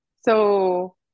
so-